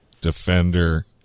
Defender